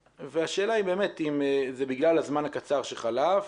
והשאלה היא באמת אם זה בגלל הזמן הקצר שחלף